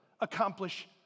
accomplish